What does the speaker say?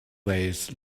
ways